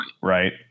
Right